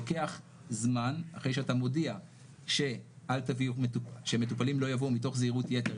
לוקח זמן אחרי שאתה מודיע שמטופלים לא יבואו מתוך זהירות יתר,